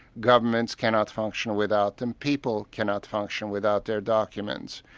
governments cannot function without them, people cannot function without their documents.